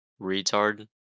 retard